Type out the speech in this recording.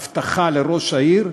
הבטחה לראש העיר,